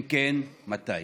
2. אם כן, מתי?